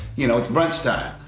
you know, it's brunch time.